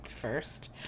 first